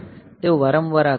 તેઓ વારંવાર આ કરે છે